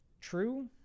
true